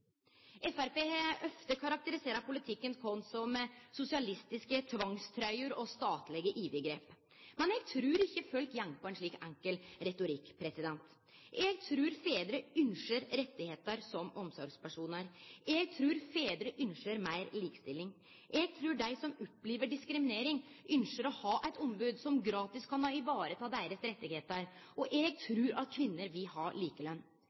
Framstegspartiet har ofte karakterisert vår politikk som sosialistisk tvangstrøye og statleg overgrep. Men eg trur ikkje folk går på ein slik enkel retorikk. Eg trur fedrar ynskjer rettar som omsorgspersonar. Eg trur fedrar ynskjer meir likestilling. Eg trur dei som opplever diskriminering, ynskjer å ha eit ombod som gratis kan vareta deira rettar. Og eg trur at kvinner vil